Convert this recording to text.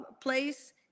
place